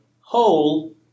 whole